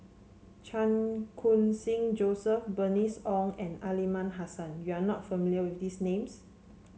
Chan Khun Sing Joseph Bernice Ong and Aliman Hassan you are not familiar with these names